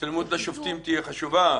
השתלמות לשופטים תהיה חשובה,